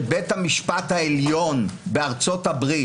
שבית המשפט העליון בארצות הברית